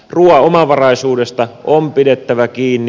ruuan omavaraisuudesta on pidettävä kiinni